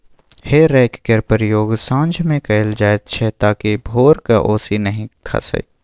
हे रैक केर प्रयोग साँझ मे कएल जाइत छै ताकि भोरक ओस नहि खसय